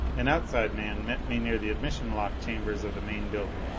an outside man met me near the admission lock chambers of the main building.